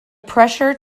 pressure